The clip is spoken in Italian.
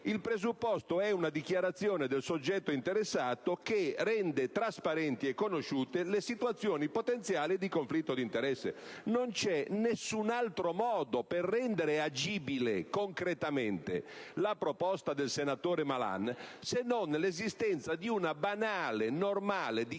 un presupposto, ossia una dichiarazione del soggetto interessato che renda trasparenti e conosciute le potenziali situazioni di conflitto d'interesse. Non c'è nessun altro modo per rendere agibile concretamente la proposta del senatore Malan, se non l'esistenza di una banale e normale dichiarazione